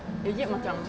is it macam